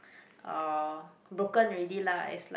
uh broken already lah it's like